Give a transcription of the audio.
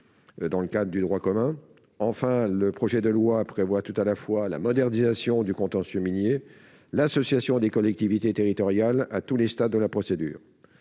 dans le cadre du droit commun. Par ailleurs, le projet de loi prévoit tout à la fois la modernisation du contentieux minier et l'association des collectivités territoriales à tous les stades de la procédure.